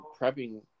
prepping